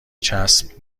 چسب